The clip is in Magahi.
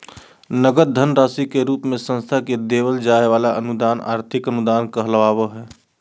नगद धन राशि के रूप मे संस्था के देवल जाय वला अनुदान आर्थिक अनुदान कहलावय हय